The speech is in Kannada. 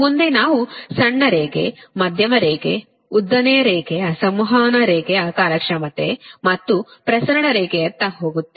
ಮುಂದೆ ನಾವು ಸಣ್ಣ ರೇಖೆ ಮಧ್ಯಮ ರೇಖೆ ಮತ್ತು ಉದ್ದನೆಯ ರೇಖೆಯ ಸಂವಹನ ರೇಖೆಯ ಕಾರ್ಯಕ್ಷಮತೆ ಅಥವಾ ಪ್ರಸರಣ ರೇಖೆಯತ್ತ ಹೋಗುತ್ತೇವೆ